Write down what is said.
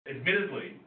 Admittedly